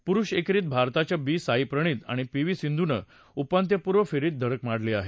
पुरुष एकेरीत भारताच्या वी साईप्रणीत आणि पी व्ही सिंधूनं उपांत्यपूर्व फेरीत धडक मारली होती